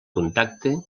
contacte